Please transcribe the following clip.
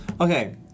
Okay